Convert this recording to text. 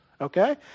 Okay